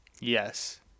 Yes